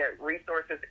resources